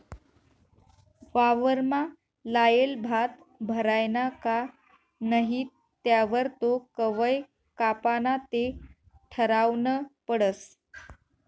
वावरमा लायेल भात भरायना का नही त्यावर तो कवय कापाना ते ठरावनं पडस